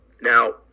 Now